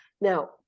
Now